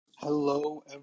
Hello